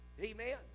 Amen